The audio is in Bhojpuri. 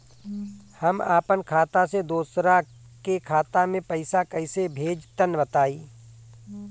हम आपन खाता से दोसरा के खाता मे पईसा कइसे भेजि तनि बताईं?